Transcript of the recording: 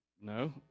No